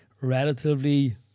relatively